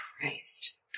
Christ